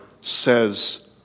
says